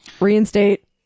Reinstate